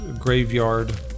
graveyard